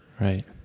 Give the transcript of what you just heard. Right